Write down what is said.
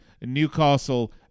Newcastle